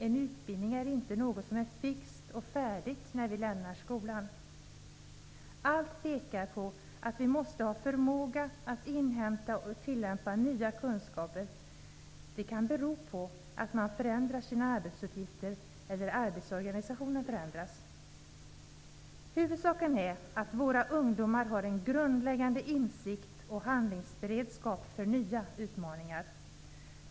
En utbildning är inte någonting som är fixt och färdigt när vi lämnar skolan. Allt pekar på att vi måste ha förmåga att inhämta och tillämpa nya kunskaper. Det kan bero på att man förändrar sina arbetsuppgifter eller att arbetsorganisationen förändras. Huvudsaken är att våra ungdomar har en grundläggande insikt och handlingsberedskap för nya utmaningar.